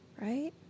Right